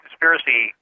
Conspiracy